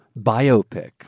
biopic